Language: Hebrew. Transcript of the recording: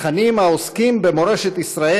תכנים העוסקים במורשת ישראל